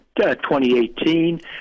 2018